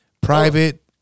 private